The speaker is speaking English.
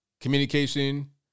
communication